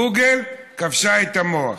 גוגל כבשה את המוח.